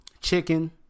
chicken